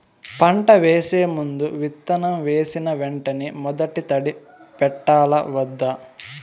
పంట వేసే ముందు, విత్తనం వేసిన వెంటనే మొదటి తడి పెట్టాలా వద్దా?